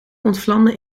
ontvlamde